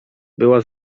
była